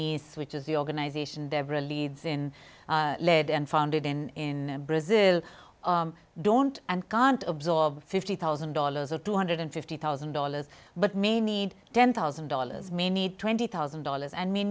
se which is the organization deborah leads in lead and founded in in brazil don't and can't absorb fifty thousand dollars or two hundred and fifty thousand dollars but me need ten thousand dollars may need twenty thousand dollars and